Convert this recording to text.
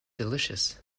delicious